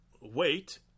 wait